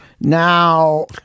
now